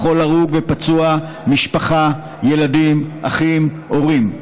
לכל הרוג ופצוע יש משפחה, ילדים, אחים והורים.